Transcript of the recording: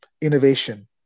innovation